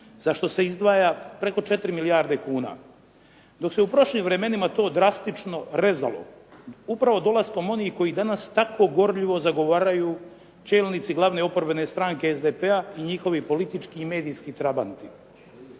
za što se izdvaja preko 4 milijarde kuna. Dok se u prošlim vremenima to drastično rezalo upravo dolaskom onih koji danas tako gorljivo zagovaraju čelnici glavne oporbene stranke SDP-a i njihovi politički i medijski trabanti,